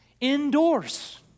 indoors